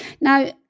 Now